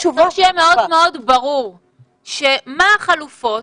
שיהיה מאוד ברור מה החלופות.